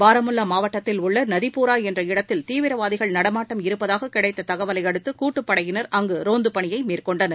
பாரமுல்லா மாவட்டத்தில் உள்ள நதிப்பூரா என்ற இடத்தில் தீவிரவாதிகள் நடமாட்டம் இருப்பதாக கிடைத்த தகவலை அடுத்து கூட்டுப்படையினர் அங்கு ரோந்து பணியை மேற்கொண்டனர்